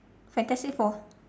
fantastic four